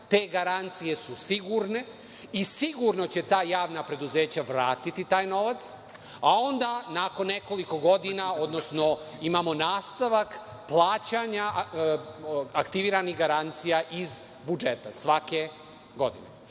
te garancije su sigurne i sigurno će ta javna preduzeća vratiti taj novac, a onda nakon nekoliko godina, odnosno imamo nastavak plaćanja od aktiviranih garancija iz budžeta, svake